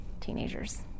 teenagers